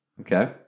Okay